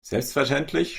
selbstverständlich